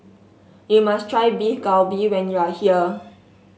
you must try Beef Galbi when you are here